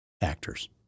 actors